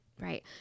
right